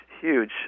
huge